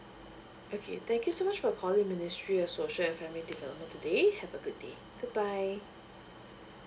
okay thank you so much for calling ministry of social and family development today have a good day goodbye